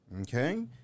okay